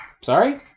Sorry